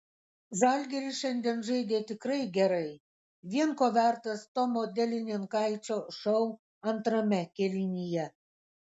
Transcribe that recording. žalgiris šiandien žaidė tikrai gerai vien ko vertas tomo delininkaičio šou antrame kėlinyje